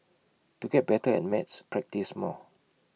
to get better at maths practise more